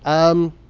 um,